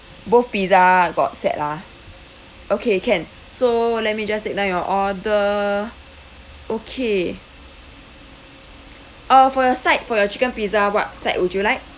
both pizza got set lah okay can so let me just take down your order okay uh for your side for your chicken pizza what side would you like